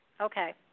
Okay